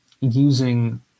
using